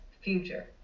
future